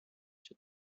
شدم